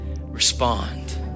respond